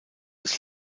ist